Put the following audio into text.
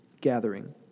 gathering